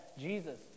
Jesus